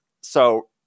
So-